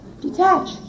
Detach